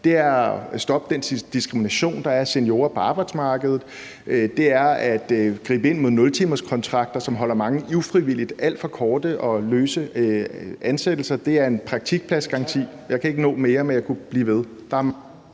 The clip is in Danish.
man kan stoppe den diskrimination af seniorer, der er på arbejdsmarkedet; man kan gribe ind over for nultimekontrakter, som holder mange i alt for korte og løse ansættelser ufrivilligt; man kan give en praktikpladsgaranti. Jeg kan ikke nå mere, men jeg kunne blive ved.